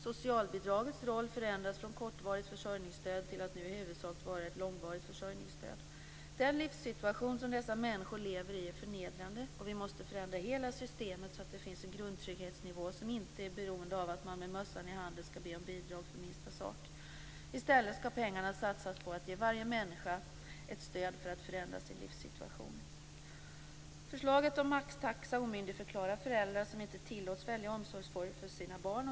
Socialbidragets roll förändras från kortvarigt försörjningsstöd till att nu i huvudsak vara ett långvarigt försörjningsstöd. Den livssituation som dessa människor lever i är förnedrande, och vi måste förändra hela systemet så att det finns en grundtrygghetsnivå som inte är beroende av att man med mössan i hand skall be om bidrag för minsta sak. I stället skall pengarna satsas på att ge varje människa ett stöd för att förändra sin livssituation. Förslaget om maxtaxa omyndigförklarar föräldrar som inte tillåts välja omsorgsform för sina barn.